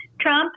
Trump